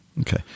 Okay